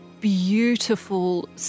beautiful